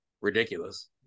ridiculous